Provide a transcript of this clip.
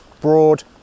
broad